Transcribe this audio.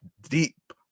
deep